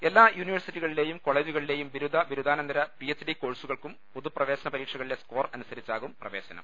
എല്ലാ യൂണിവേഴ്സിറ്റികളില്ലെയും കോളജുകളിലെയും ബിരുദ ബിരുദാനന്തര പി എച്ച് ഡി ക്യോഴ്സുകൾക്കും പൊതുപ്ര വേശന പരീക്ഷകളിലെ സ്ക്കോർ അനുസരിച്ചാകും പ്രവേശനം